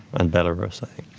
and belarus i think.